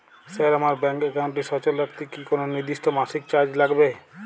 Sir আমার bank একাউন্টটি সচল রাখতে কি কোনো নির্দিষ্ট মাসিক চার্জ লাগবে?